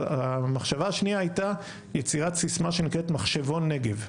המחשבה השנייה הייתה יצירת סיסמה שנקראת מחשבון נגב,